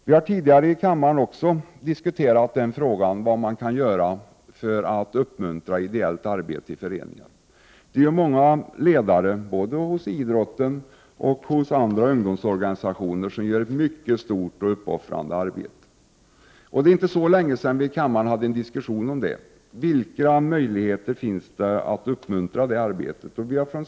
Vi har tidigare i kammaren också diskuterat vad man kan göra för att uppmuntra ideellt arbete i föreningar. Många ledare, både inom idrotten och inom andra ungdomsorganisationer, gör ett mycket stort och uppoffrande arbete. Det är inte så länge sedan vi i kammaren hade en diskussion om vilka möjligheter det finns att uppmuntra detta arbete.